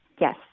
Yes